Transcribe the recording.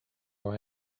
our